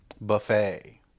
Buffet